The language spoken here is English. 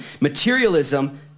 materialism